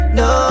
no